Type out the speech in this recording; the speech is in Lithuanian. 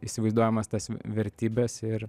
įsivaizduojamas tas vertybes ir